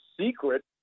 secret